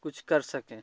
कुछ कर सकें